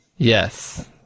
Yes